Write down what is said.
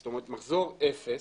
זאת אומרת מחזור אפס,